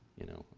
you know,